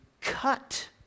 cut